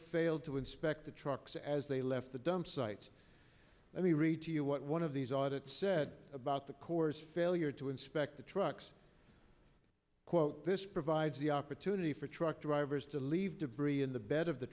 failed to inspect the trucks as they left the dump site let me read to you what one of these audit said about the corps failure to inspect the trucks quote this provides the opportunity for truck drivers to leave debris in the bed of the